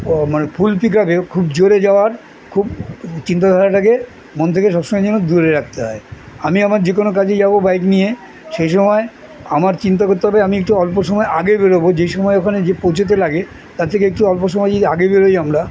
মানে ফুল পিক আপে খুব জোরে যাওয়ার খুব চিন্তাধারাটাকে মন থেকে সবসময় যেন দূরে রাখতে হয় আমি আমার যে কোনো কাজে যাবো বাইক নিয়ে সেই সময় আমার চিন্তা করতে হবে আমি একটু অল্প সময় আগে বেরোবো যেই সময় ওখানে যে পৌঁছতে লাগে তার থেকে একটু অল্প সময় যে আগে বেরোই আমরা